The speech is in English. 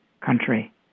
country